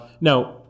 Now